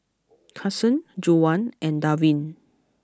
Cason Juwan and Darvin